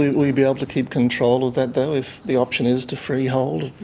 will you be able to keep control of that though if the option is to freehold,